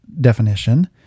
definition